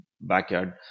backyard